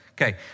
Okay